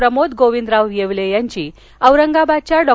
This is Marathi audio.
प्रमोद गोविंदराव येवले यांची औरंगाबादच्या डॉ